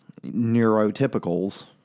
neurotypicals